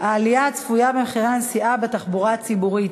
העלייה הצפויה במחירי הנסיעות בתחבורה הציבורית,